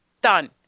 Done